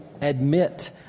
admit